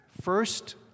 First